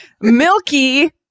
milky